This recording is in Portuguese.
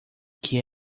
que